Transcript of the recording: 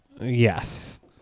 yes